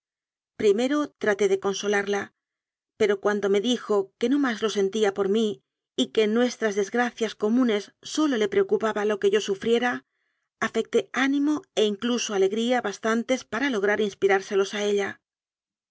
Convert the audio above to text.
primero traté de con solarla pero cuando me dijo que no más lo sentía por mí y que en nuestras desgracias comunes sólo le preocupaba lo que yo sufriera afecté ánimo e incluso alegría bastantes para lograr inspirárse los a ella